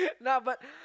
nah but